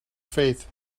faith